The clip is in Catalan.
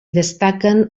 destaquen